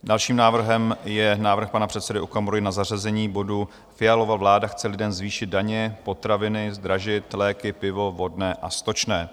Dalším návrhem je návrh pana předsedy Okamury na zařazení bodu Fialova vláda chce lidem zvýšit daně, potraviny, zdražit léky, pivo, vodné a stočné.